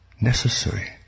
necessary